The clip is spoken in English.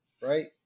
right